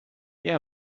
yeah